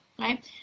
Right